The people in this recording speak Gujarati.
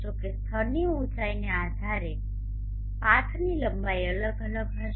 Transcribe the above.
જો કે સ્થળની ઉંચાઇને આધારે પાથની લંબાઈ અલગ અલગ હશે